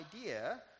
idea